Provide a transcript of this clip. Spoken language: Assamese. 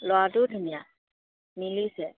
ল'ৰাটোও ধুনীয়া মিলিছে